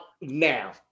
now